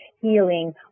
healing